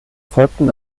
folgten